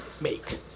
make